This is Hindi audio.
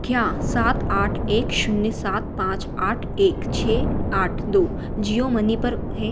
क्या सात आठ एक शून्य सात पाँच आठ एक छ आठ दो जियो मनी पर है